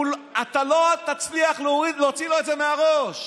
אתה לא תצליח להוציא לו את זה מהראש,